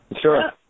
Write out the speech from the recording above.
Sure